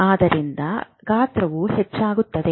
ಆದ್ದರಿಂದ ಗಾತ್ರವು ಹೆಚ್ಚಾಗುತ್ತದೆ